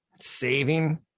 saving